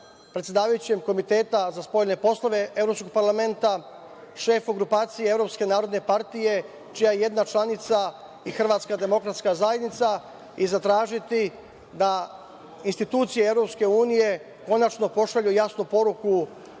predsedavajućem Komiteta za spoljne poslove Evropskog parlamenta, šefu grupacije Evropske narodne partije, čija jedna članica i Hrvatska Demokratska zajednica i zatražiti da institucije Evropske unije konačno pošalju jasnu poruku